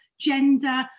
gender